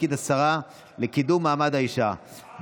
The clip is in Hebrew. לתפקיד השרה לקידום מעמד האישה,